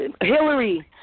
Hillary